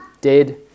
Dead